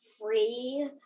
free